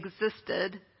existed